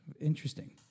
interesting